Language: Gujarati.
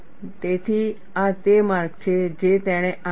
તેથી આ તે માર્ગ છે જે તેણે આપ્યો છે